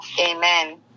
Amen